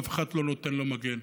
ואף אחד לא נותן לו מגן.